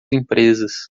empresas